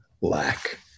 lack